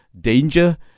danger